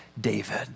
David